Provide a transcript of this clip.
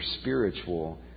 spiritual